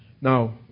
Now